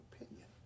opinion